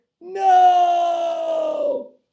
no